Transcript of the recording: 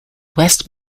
west